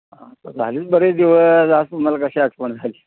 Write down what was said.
आता झालेच बरेच दिवस आज तुम्हाला कशी आठवण झाली